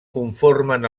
conformen